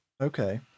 Okay